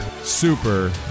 Super